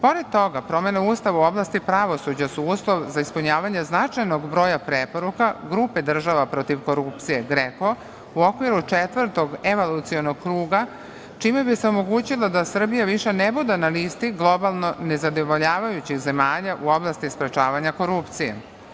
Pored toga, promene Ustava u oblasti pravosuđa su uslov za ispunjavanje značajnog broja preporuka grupe država protiv korupcije, GREKO, u okviru četvrtog evolucionog kruga, čime bi se omogućilo da Srbija više ne bude na listi globalno nezadovoljavajućih zemalja u oblasti sprečavanja korupcije.